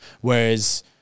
whereas